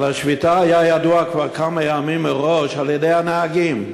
על השביתה היה ידוע כבר כמה ימים מראש על-ידי הנהגים.